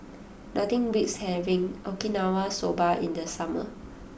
nothing beats having Okinawa Soba in the summer